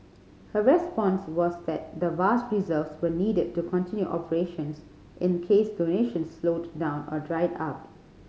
her response was that the vast reserves were needed to continue operations in case donations slowed down or dried up